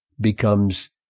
becomes